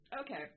Okay